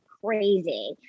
crazy